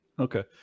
Okay